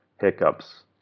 hiccups